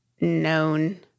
known